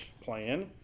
plan